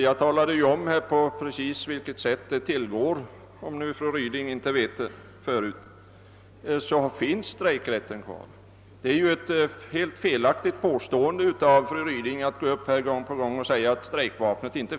Jag talade om precis hur det ligger till, om nu inte fru Ryding visste det förut, och sade att strejkrätten finns kvar. Det är ett felaktigt påstående att arbetarna inte skulle ha strejkvapnet.